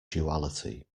duality